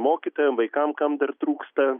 mokytojam vaikam kam dar trūksta